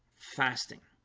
fasting